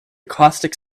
caustic